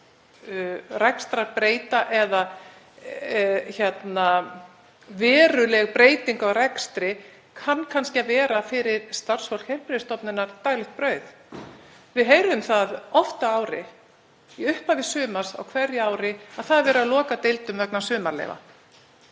rekstrarbreyta eða veruleg breyting á rekstri kann kannski að vera fyrir starfsfólk heilbrigðisstofnunar daglegt brauð. Við heyrum það oft á ári, í upphafi sumars á hverju ári, að verið er að loka deildum vegna sumarleyfa.